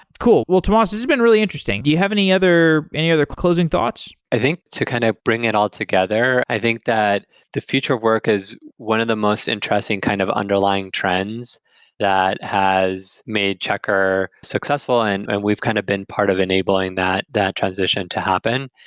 cool. well, tomas. this has been really interesting. do you have any other any other closing thoughts? i think, to kind of bring it all together, i think that the future work is one of the most interesting kind of underlying trends that has made checker successful, and and we've kind of been part of enabling that that transition to happen,